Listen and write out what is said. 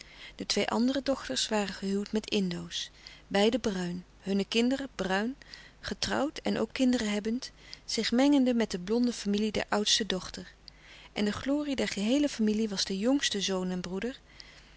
de twee andere dochters waren gehuwd met indo's beiden bruin hunne kinderen bruin getrouwd en ook kinderen hebbend zich mengende met de blonde familie der oudste dochter en de glorie der geheele familie was de jongste zoon en broeder